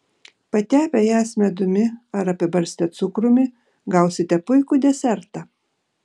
patepę jas medumi ar apibarstę cukrumi gausite puikų desertą